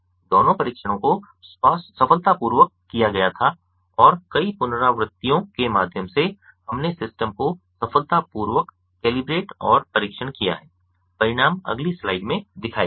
दोनों परीक्षणों को सफलतापूर्वक किया गया था और कई पुनरावृत्तियों के माध्यम से हमने सिस्टम को सफलतापूर्वक कैलिब्रेट और परीक्षण किया है परिणाम अगली स्लाइड में दिखाए गए हैं